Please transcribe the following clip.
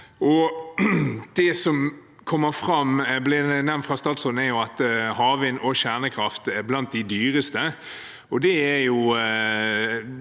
Det som kommer fram og blir nevnt fra statsråden, er at havvind og kjernekraft er blant det dyreste.